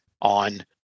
on